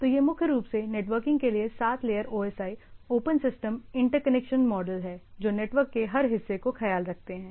तो ये मुख्य रूप से नेटवर्किंग के लिए सात layer OSI open system interconnection model हैं जो नेटवर्क के हर हिस्से का ख्याल रखते हैं